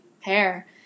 hair